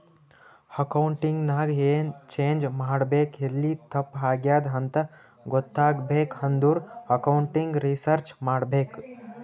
accounting ನಾಗ್ ಎನ್ change ಮಾಡ್ಬೇಕ್ ಎಲ್ಲಿ ತಪ್ಪ ಆಗ್ಯಾದ್ ಅಂತ ಗೊತ್ತಾಗ್ಬೇಕ ಅಂದುರ್ ಅಕೌಂಟಿಂಗ್ ರಿಸರ್ಚ್ ಮಾಡ್ಬೇಕ್